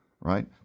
Right